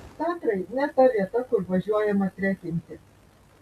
tatrai ne ta vieta kur važiuojama trekinti